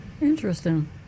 Interesting